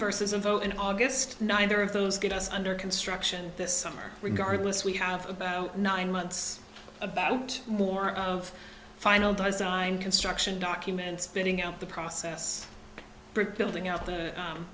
versus info in august neither of those get us under construction this summer regardless we have about nine months about more of the final design construction document spitting out the process